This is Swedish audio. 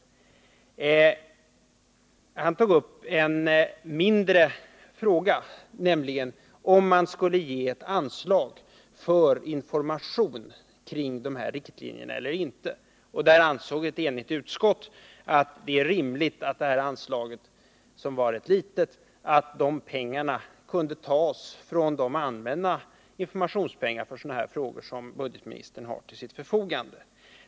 Arne Pettersson tog upp en mindre fråga, nämligen om man skulle ge ett anslag för information kring de här riktlinjerna eller inte. Ett enigt utskott ansåg att det är rimligt att de här pengarna — det rörde sig om en rätt liten summa -— tas från de pengar för allmän information i sådana här frågor som budgetministern har till sitt förfogande.